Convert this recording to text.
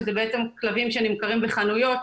שזה בעצם כלבים שנמכרים בחנויות,